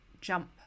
jump